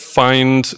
find